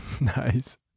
Nice